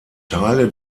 teile